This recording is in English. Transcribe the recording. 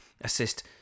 assist